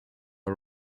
are